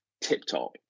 tip-top